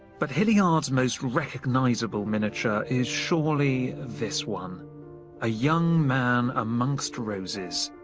but hilliard's most recognisable miniature is surely this one ah young man amongst roses,